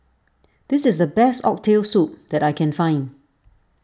this is the best Oxtail Soup that I can find